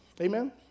Amen